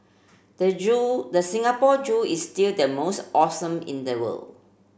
the zoo the Singapore Zoo is still the most awesome in the world